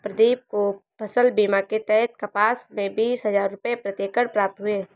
प्रदीप को फसल बीमा के तहत कपास में बीस हजार रुपये प्रति एकड़ प्राप्त हुए